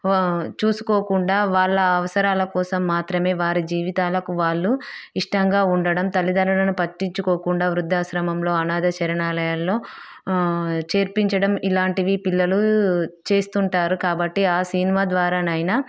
చూసుకోకుండా వాళ్ళ అవసరాల కోసం మాత్రమే వారి జీవితాలకు వాళ్ళు ఇష్టంగా ఉండడం తల్లిదండ్రులను పట్టించుకోకుండా వృద్ధాశ్రమంలో అనాధ శరణాలయంలో చేర్పించడం ఇలాంటివి పిల్లలు చేస్తుంటారు కాబట్టి ఆసినిమా ద్వారా నైనా